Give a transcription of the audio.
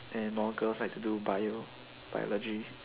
and more girls like to do bio~ biology